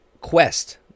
quest